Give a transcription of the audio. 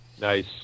Nice